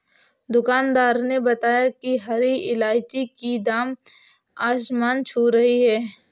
दुकानदार ने बताया कि हरी इलायची की दाम आसमान छू रही है